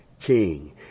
king